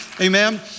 amen